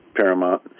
Paramount